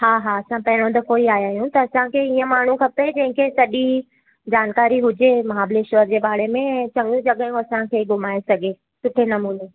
हा हा असां पहिरों दफ़ो ई आया आहियूं त असांखे ईअं माण्हूं खपे जंहिंखे सॼी जानकारी हुजे महाबलेश्वर जे बारे में चङियूं जॻहियूं असांखे घुमाए सघे सुठे नमूने